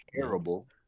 terrible